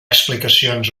explicacions